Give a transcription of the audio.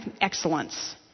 excellence